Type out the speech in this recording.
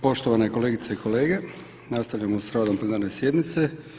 Poštovane kolegice i kolege, nastavljamo sa radom plenarne sjednice.